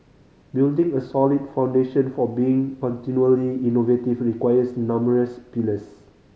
building a solid foundation for being continually innovative requires numerous pillars